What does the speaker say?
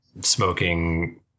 smoking